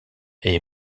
est